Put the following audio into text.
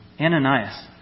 Ananias